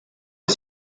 des